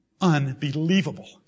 Unbelievable